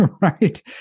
right